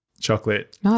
Chocolate